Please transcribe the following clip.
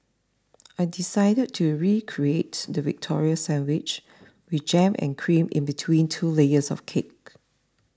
I decided to recreate the Victoria Sandwich with jam and cream in between two layers of cake